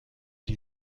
die